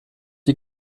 die